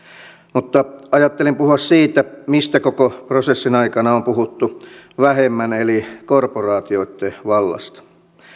mutta ajattelin puhua siitä mistä koko prosessin aikana on puhuttu vähemmän eli korporaatioitten vallasta